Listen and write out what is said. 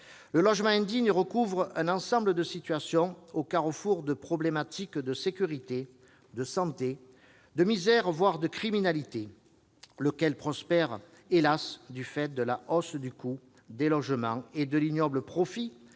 Le logement indigne recouvre un ensemble de situations au carrefour de problématiques de sécurité, de santé, de misère, voire de criminalité, lequel prospère, hélas, du fait de la hausse du coût des logements et de l'ignoble profit